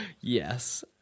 Yes